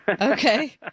Okay